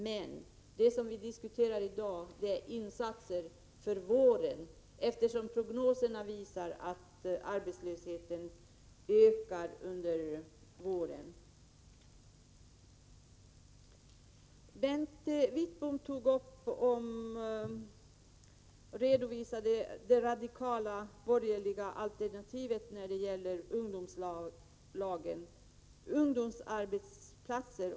Men det som vi diskuterar i dag är insatserna för våren, eftersom prognoserna visar att arbetslösheten kommer att öka just under våren. Bengt Wittbom redovisade det radikala borgerliga alternativet till ungdomsarbetsplatser.